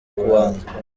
kubanza